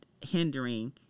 hindering